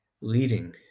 leading